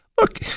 Look